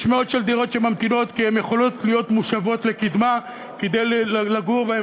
יש מאות דירות שממתינות כי הן יכולות להיות מושבות לקדמה כדי לגור בהן,